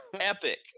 epic